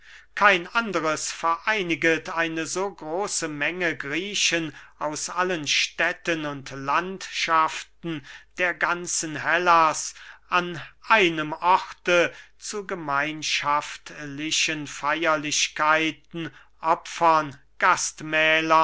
kein anderes vereiniget eine so große menge griechen aus allen städten und landschaften der ganzen hellas an einem orte zu gemeinschaftlichen feierlichkeiten